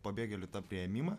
pabėgėlių tą priėmimą